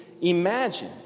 imagine